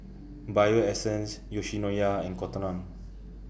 Bio Essence Yoshinoya and Cotton on